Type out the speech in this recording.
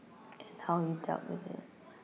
and how you dealt with it